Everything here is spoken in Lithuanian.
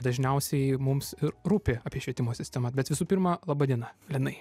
dažniausiai mums ir rūpi apie švietimo sistemą bet visų pirma laba diena linai